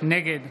נגד